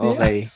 Okay